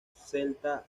celta